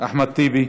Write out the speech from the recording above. אחמד טיבי,